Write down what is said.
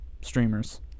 streamers